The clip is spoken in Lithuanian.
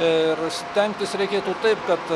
ir stengtis reikėtų taip kad